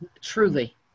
Truly